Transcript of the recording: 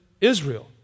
Israel